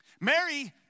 Mary